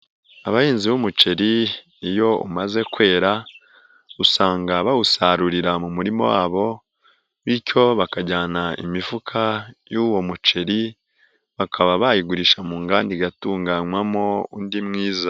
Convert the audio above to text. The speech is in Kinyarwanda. Abahinzi b'umuceri iyo umaze kwera usanga bawusarurira mu murima wabo, bityo bakajyana imifuka y'uwo muceri, bakaba bayigurisha mu nganda igatunganywamo undi mwiza.